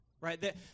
Right